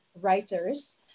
writers